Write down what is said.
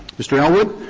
mr. elwood.